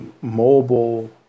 mobile